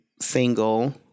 single